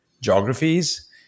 geographies